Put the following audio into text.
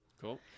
Cool